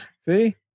See